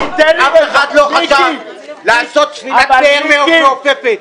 אף אחד לא חשב לעשות ספינת פאר מעופפת.